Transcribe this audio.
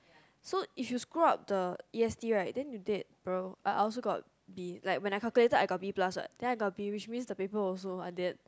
so is you scroll up the E_S_D right then you did around I I also got B like when like I calculated I got B plus right then I got be which mean the paper also and then